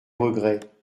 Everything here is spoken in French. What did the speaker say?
regrets